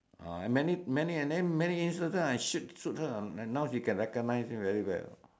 many many and then instance shoot her now she can recognise me very well